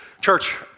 Church